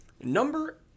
Number